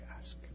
ask